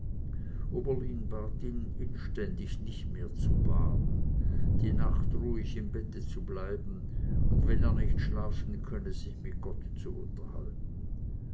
bat ihn inständig nicht mehr zu baden die nacht ruhig im bette zu bleiben und wenn er nicht schlafen könne sich mit gott zu unterhalten